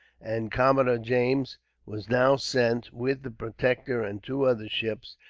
and commodore james was now sent, with the protector and two other ships,